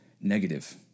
negative